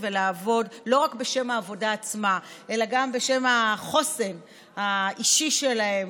ולעבוד לא רק בשם העבודה עצמה אלא גם בשם החוסן האישי שלהם,